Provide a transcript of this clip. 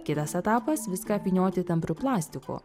kitas etapas viską apvynioti tampriu plastiku